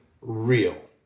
real